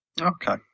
Okay